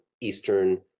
eastern